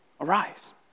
arise